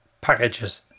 packages